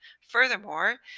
Furthermore